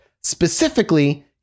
specifically